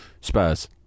Spurs